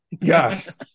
yes